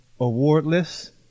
awardless